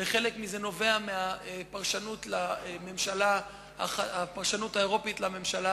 חלק מזה נובע מהפרשנות האירופית לממשלה